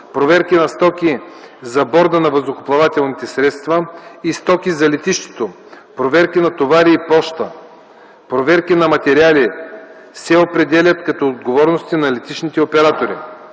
проверки на стоки за борда на въздухоплавателните средства и стоки за летището, проверки на товари и поща, проверки на материали, се определят като отговорности на летищните оператори.